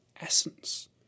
essence